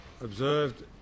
observed